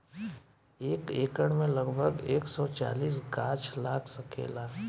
एक एकड़ में लगभग एक सौ चालीस गाछ लाग सकेला